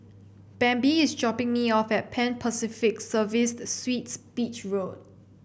Bambi is dropping me off at Pan Pacific Serviced Suites Beach Road